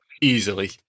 easily